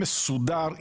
מסודר,